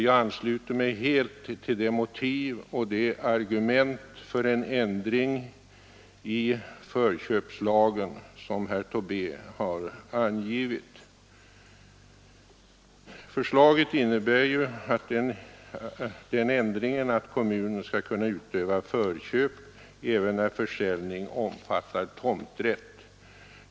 Jag ansluter mig helt till de motiv och argument för en ändring i förköpslagen som herr Tobé har angivit. Förslaget innebär ju den ändringen att kommun skall kunna utöva förköp även när försäljning omfattar tomträtt.